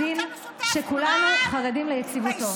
עדין שכולנו חרדים ליציבותו.